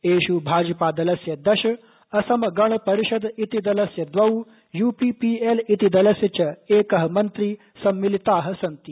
एष् भाजपा दलस्य दश असम गण परिषद इति दलस्य दवौ यूपीपीएल इति दलस्य च एकः मन्त्री सम्मिलिताः सन्ति